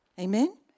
Amen